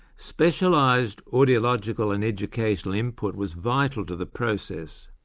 specialised audiological and educational input was vital to the process.